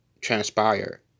transpire